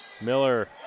Miller